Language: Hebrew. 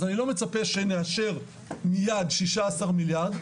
אז אני לא מצפה שנאשר מיד 16 מיליארד,